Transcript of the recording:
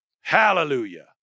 Hallelujah